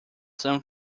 san